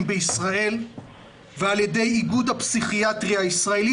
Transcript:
בישראל ועל ידי איגוד הפסיכיאטריה הישראלי